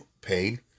paid